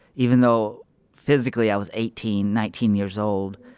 even though physically i was eighteen, nineteen years old,